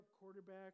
quarterback